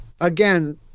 again